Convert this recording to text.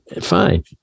fine